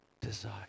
desire